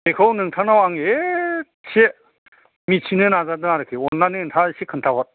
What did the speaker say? बेखौ नोंथांनाव आं एसे मिथिनो नाजादों आरोखि अननानै नोंथाङा एसे खोन्थाहर